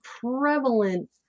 prevalent